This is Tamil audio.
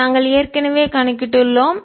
நாங்கள் ஏற்கனவே கணக்கிட்டுள்ளோம்